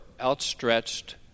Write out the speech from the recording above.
outstretched